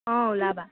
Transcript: অ ওলাবা